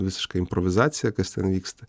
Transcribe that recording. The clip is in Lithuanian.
visiška improvizacija kas ten vyksta